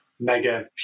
mega